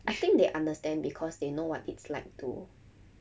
I think they understand because they know what it's like to